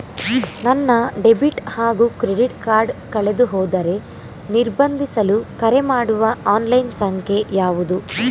ನನ್ನ ಡೆಬಿಟ್ ಹಾಗೂ credit card ಕಳೆದುಹೋದರೆ ನಿರ್ಬಂಧಿಸಲು ಕರೆಮಾಡುವ ಆನ್ಲೈನ್ ಸಂಖ್ಯೆಯಾವುದು?